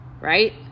right